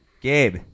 Gabe